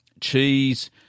cheese